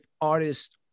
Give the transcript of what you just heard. artists